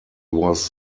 was